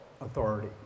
authority